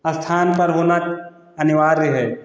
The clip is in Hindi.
स्थान पर होना अनिवार्य है